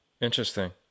Interesting